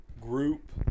group